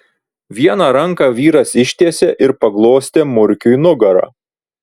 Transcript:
vieną ranką vyras ištiesė ir paglostė murkiui nugarą